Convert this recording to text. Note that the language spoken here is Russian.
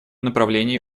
направлении